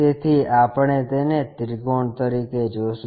તેથી આપણે તેને ત્રિકોણ તરીકે જોશું